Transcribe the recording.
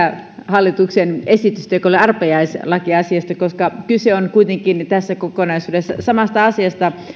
hallituksen esitykseen joka oli arpajaislakiasia koska kyse on kuitenkin tässä kokonaisuudessa samasta asiasta